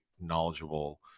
knowledgeable